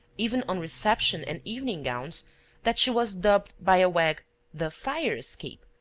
even on reception and evening gowns that she was dubbed by a wag the fire-escape,